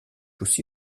aussi